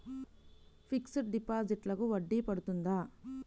Fixed డిపాజిట్లకు వడ్డీ పడుతుందా?